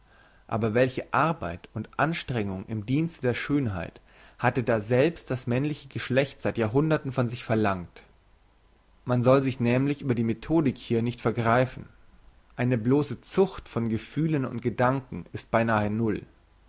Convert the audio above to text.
aber welche arbeit und anstrengung im dienste der schönheit hatte daselbst das männliche geschlecht seit jahrhunderten von sich verlangt man soll sich nämlich über die methodik hier nicht vergreifen eine blosse zucht von gefühlen und gedanken ist beinahe null